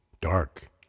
dark